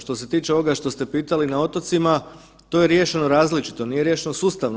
Što se tiče ovoga što ste pitali na otocima, to je riješeno različito, nije riješeno sustavno.